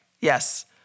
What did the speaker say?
Yes